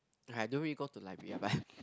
I don't really go to library lah but